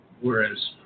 whereas